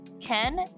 Ken